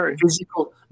physical